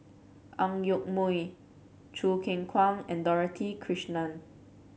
Ang Yoke Mooi Choo Keng Kwang and Dorothy Krishnan